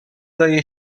leje